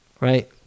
Right